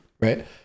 right